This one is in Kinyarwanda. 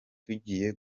tugiye